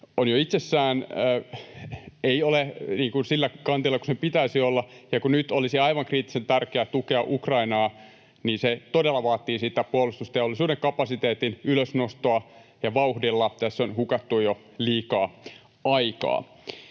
jo itsessään ei ole sillä kantilla kuin sen pitäisi olla, ja kun nyt olisi aivan kriittisen tärkeää tukea Ukrainaa, niin se todella vaatii puolustusteollisuuden kapasiteetin ylösnostoa ja vauhdilla. Tässä on hukattu jo liikaa aikaa.